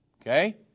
Okay